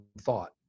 thought